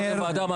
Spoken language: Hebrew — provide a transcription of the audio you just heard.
לא רמזתי כלום.